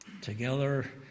Together